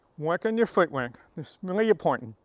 work on your footwork. it's really important.